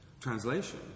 Translation